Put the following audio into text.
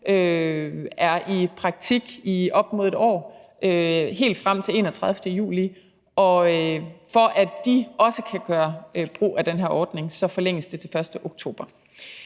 er i praktik i op mod 1 år, helt frem til den 31. juli. Og for at de også kan gøre brug af den her ordning, forlænges den til den 1. oktober.